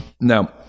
now